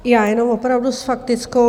Já jenom opravdu s faktickou.